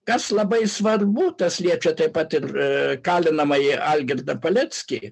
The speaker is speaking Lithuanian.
kas labai svarbu tas liečia taip pat ir kalinamąjį algirdą paleckį